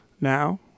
Now